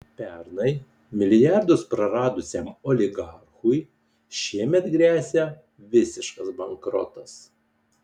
pernai milijardus praradusiam oligarchui šiemet gresia visiškas bankrotas